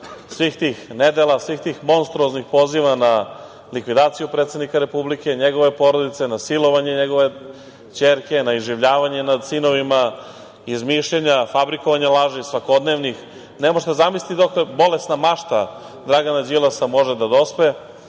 svih tih nedela, svih tih monstruoznih poziva na likvidaciju predsednika Republike, njegove porodice, na silovanje njegove ćerke, na iživljavanje nad sinovima, izmišljanja, fabrikovanja laži, svakodnevnih. Ne možete zamisliti dokle bolesna mašta Dragana Đilasa može da dospe